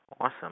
Awesome